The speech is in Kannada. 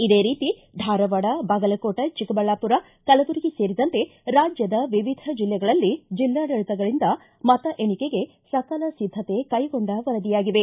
ಇದೇ ರೀತಿ ಧಾರವಾಡ ಬಾಗಲಕೋಟ ಚಿಕ್ಕಬಳ್ಳಾಪುರ ಕಲಬುರಗಿ ಸೇರಿದಂತೆ ರಾಜ್ಯದ ವಿವಿಧ ಜಿಲ್ಲೆಗಳಲ್ಲಿ ಜಿಲ್ಲಾಡಳಿತಗಳಿಂದ ಮತ ಎಣಿಕೆಗೆ ಸಕಲ ಸಿದ್ದತೆ ಕೈಗೊಂಡ ವರದಿಯಾಗಿವೆ